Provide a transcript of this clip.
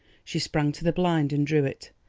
she sprang to the blind and drew it,